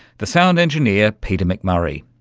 the sound engineer peter mcmurray.